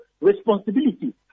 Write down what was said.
responsibility